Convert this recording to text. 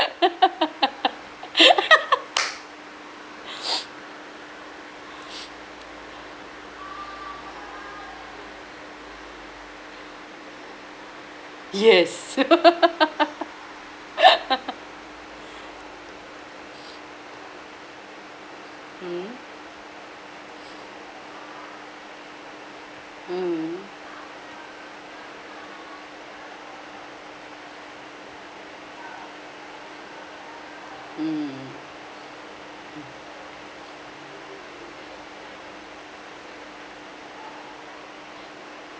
yes hmm mm mm mm